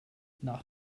nach